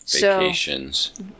vacations